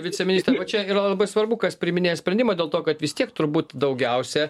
viceministre va čia yra labai svarbu kas priiminėja sprendimą dėl to kad vis tiek turbūt daugiausiai